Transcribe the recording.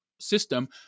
system